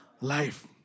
life